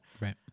Right